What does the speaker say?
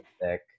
thick